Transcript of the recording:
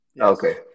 Okay